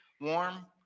warm